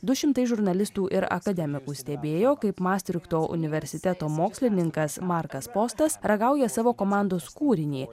du šimtai žurnalistų ir akademikų stebėjo kaip mastrichto universiteto mokslininkas markas postas ragauja savo komandos kūrinį